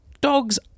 Dogs